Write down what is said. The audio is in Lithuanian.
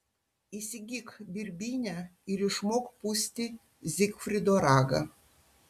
įsigyk birbynę ir išmok pūsti zigfrido ragą